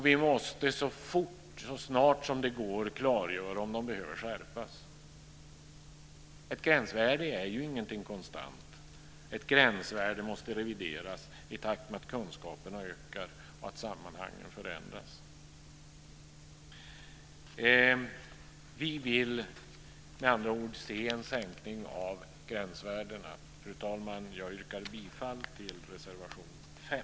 Vi måste så snart det går också klargöra om de behöver skärpas. Ett gränsvärde är ju ingenting konstant. Ett gränsvärde måste revideras i takt med att kunskaperna ökar och att sammanhangen förändras. Vi vill med andra ord se en sänkning av gränsvärdena. Fru talman! Jag yrkar bifall till reservation 5.